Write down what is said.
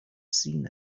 seen